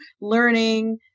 learning